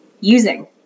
using